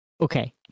Okay